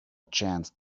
chance